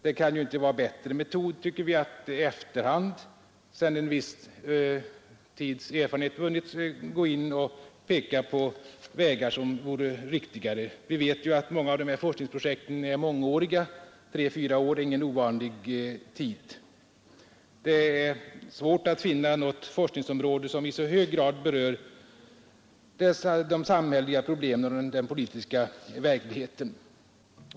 Det kan ju inte vara en bättre metod, anser vi, att i efterhand, sedan en viss tids erfarenhet vunnits, gå in och peka på vägar som vore riktigare. Vi vet att flera av de här forskningsprojekten är mångåriga — tre fyra år är ingen ovanlig tid. Det är svårt att finna något forskningsområde som i så hög grad berör de samhälleliga problemen och den politiska verkligheten.